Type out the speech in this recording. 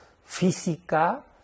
física